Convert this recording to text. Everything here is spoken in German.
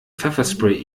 pfefferspray